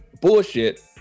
bullshit